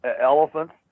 elephants